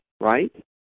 right